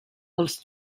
els